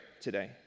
today